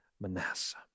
Manasseh